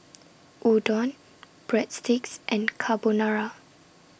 Udon Breadsticks and Carbonara